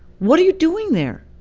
what are you doing there?